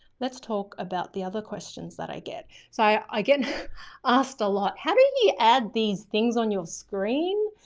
let's talk about the other questions that i get so i get asked a lot, how do you add these things on your screen,